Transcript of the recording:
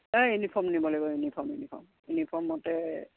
অই ইউনিফৰ্ম নিব লাগিব ইউনিফৰ্ম ইউনিফৰ্ম ইউনিফৰ্মমতে